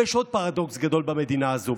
אבל יש עוד פרדוקס גדול במדינה הזו,